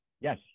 yes